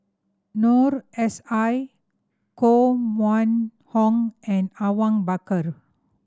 Noor S I Koh Mun Hong and Awang Bakar